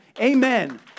amen